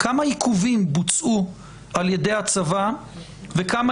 כמה עיכובים בוצעו על ידי הצבא וכמה